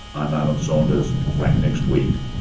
i m alan saunders back next week